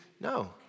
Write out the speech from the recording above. No